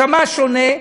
מה שונה?